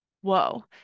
Whoa